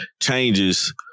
changes